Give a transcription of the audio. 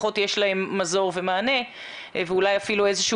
לפחות יש להם מזור ומענה ואולי אפילו איזשהו